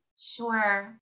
Sure